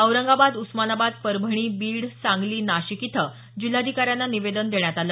औरंगाबाद उस्मानाबाद परभणी बीड सांगली नाशिक इथं जिल्हाधिकाऱ्यांना निवेदन देण्यात आलं